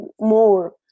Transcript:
more